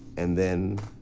and then.